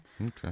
Okay